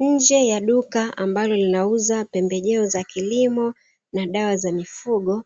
Nje ya duka ambalo linauza pembejeo za kilimo na dawa za mifugo,